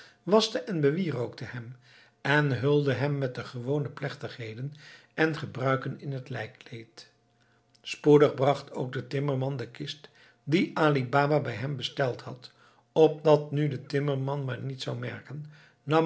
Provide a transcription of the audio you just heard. waschte en bewierookte hem en hulde hem met de gewone plechtigheden en gebruiken in het lijkkleed spoedig bracht ook de timmerman de kist die ali baba bij hem besteld had opdat nu de timmerman maar niets zou merken nam